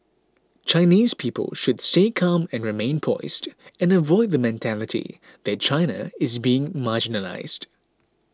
Chinese people should stay calm and remain poised and avoid the mentality that China is being marginalised